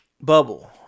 bubble